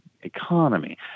economy